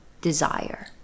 desire